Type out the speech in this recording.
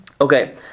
Okay